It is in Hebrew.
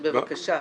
בבקשה.